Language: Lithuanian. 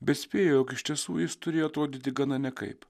bet spėju jog iš tiesų jis turėjo atrodyti gana nekaip